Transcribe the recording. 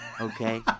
Okay